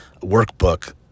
workbook